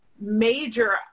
major